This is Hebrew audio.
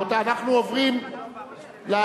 רבותי, אנחנו עוברים להצבעה.